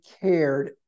cared